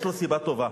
יש לו סיבה טובה,